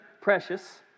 precious